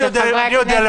אני יודע,